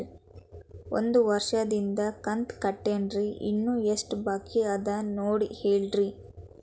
ಒಂದು ವರ್ಷದಿಂದ ಕಂತ ಕಟ್ಟೇನ್ರಿ ಇನ್ನು ಎಷ್ಟ ಬಾಕಿ ಅದ ನೋಡಿ ಹೇಳ್ರಿ